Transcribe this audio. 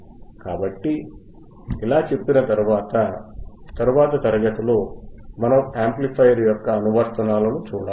కాబట్టి ఇలా చెప్పిన తరువాత తరువాతి ఉపన్యాసంలో మనం యాంప్లిఫైయర్ యొక్క అనువర్తనాలను చూడాలి